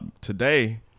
Today